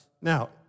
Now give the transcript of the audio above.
Now